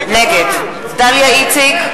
נגד דליה איציק,